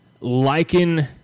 liken